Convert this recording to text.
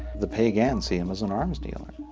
the piegan see him as an arms dealer.